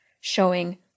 showing